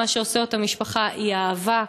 מה שעושה אותה משפחה זה האהבה,